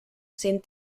sin